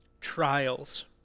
trials